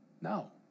No